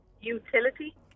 Utility